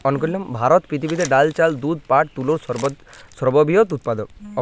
ভারত পৃথিবীতে ডাল, চাল, দুধ, পাট এবং তুলোর সর্ববৃহৎ উৎপাদক